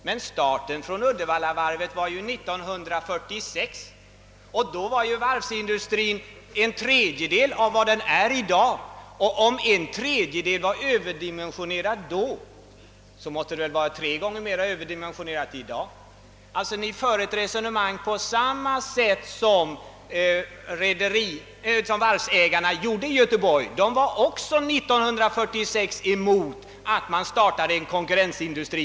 Men Uddevallavarvet startade 1946 och då var varvsindustrin bara en tredjedel av vad den är i dag. Om varvsindustrin redan vid den tidpunkten var överdimensionerad, måste den väl vara tre gånger mer överdimensionerad i dag. Ni för med andra ord samma resonemang som varvsägarna gjorde i Göteborg, när de 1946 motsatte sig att det startades en konkurrensindustri.